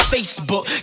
Facebook